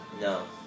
No